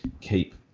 keep